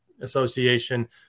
Association